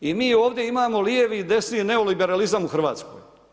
I mi ovdje imamo lijevi i desni neoliberalizam u Hrvatskoj.